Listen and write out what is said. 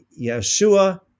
Yeshua